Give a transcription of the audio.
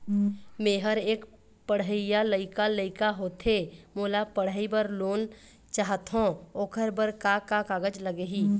मेहर एक पढ़इया लइका लइका होथे मोला पढ़ई बर लोन चाहथों ओकर बर का का कागज लगही?